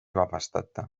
vabastata